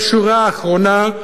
בשורה האחרונה,